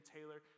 Taylor